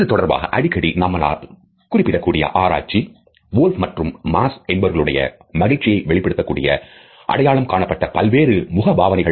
இதுதொடர்பாக அடிக்கடி நம்மால் குறிப்பிடக்கூடிய ஆராய்ச்சி Wolf மற்றும் Mass என்பவர்களுடைய மகிழ்ச்சியை வெளிப்படுத்தகூடிய அடையாளம் காணப்பட்ட பல்வேறு முகபாவனைகள்